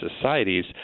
societies